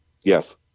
Yes